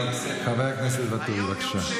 חבר הכנסת ואטורי, בבקשה.